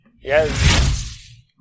Yes